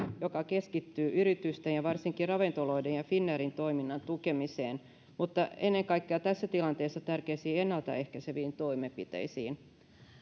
joka keskittyy yritysten ja varsinkin ravintoloiden ja finnairin toiminnan tukemiseen mutta ennen kaikkea tässä tilanteessa tärkeisiin ennaltaehkäiseviin toimenpiteisiin